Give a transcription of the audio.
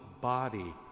body